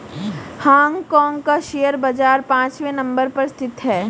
Hong Kong का share बाजार पांचवे नम्बर पर स्थित है